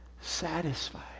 Satisfied